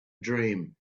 dream